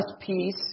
peace